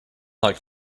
like